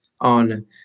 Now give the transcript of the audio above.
on